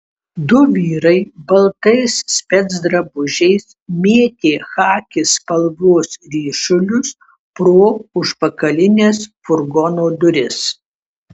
du vyrai baltais specdrabužiais mėtė chaki spalvos ryšulius pro užpakalines furgono duris